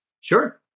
Sure